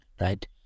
right